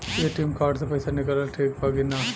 ATM card से पईसा निकालल ठीक बा की ना?